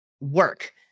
work